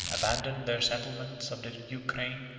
abandoned their settlements of the ukraine,